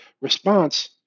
response